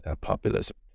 populism